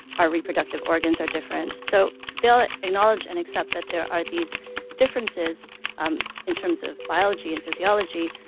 our reproductive organs are different so they'll acknowledge and accept that there are these differences um in terms of biology and physiology.